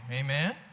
Amen